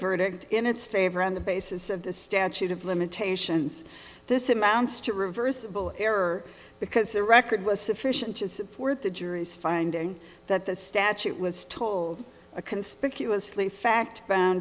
verdict in its favor on the basis of the statute of limitations this amounts to reversible error because the record was sufficient to support the jury's finding that the statute was told a conspicuously fact an